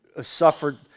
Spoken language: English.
suffered